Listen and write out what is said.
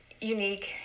Unique